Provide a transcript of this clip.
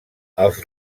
els